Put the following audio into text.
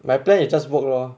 my plan is just work lor